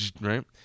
right